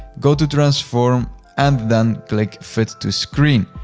go to transform and then click fit to screen.